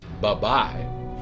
Bye-bye